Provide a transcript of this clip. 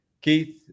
Keith